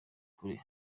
kure